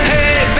Hey